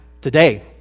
today